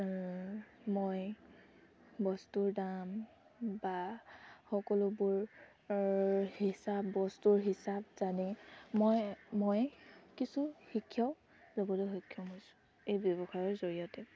মই বস্তুৰ দাম বা সকলোবোৰ হিচাপ বস্তুৰ হিচাপ জানি মই মই কিছু শিক্ষাও ল'বলৈ সক্ষম হৈছোঁ এই ব্যৱসায়ৰ জৰিয়তে